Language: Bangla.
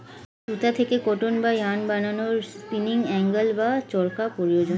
সুতা থেকে কটন বা ইয়ারন্ বানানোর স্পিনিং উঈল্ বা চরকা প্রয়োজন